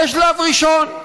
זה שלב ראשון.